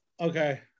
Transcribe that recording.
Okay